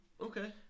Okay